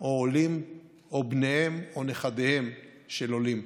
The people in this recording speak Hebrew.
או עולים או בניהם או נכדיהם של עולים.